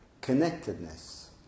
connectedness